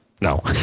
No